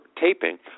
taping